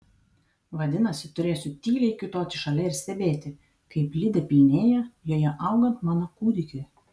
vadinasi turėsiu tyliai kiūtoti šalia ir stebėti kaip lidė pilnėja joje augant mano kūdikiui